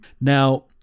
Now